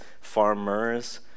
farmers